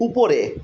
উপরে